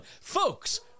Folks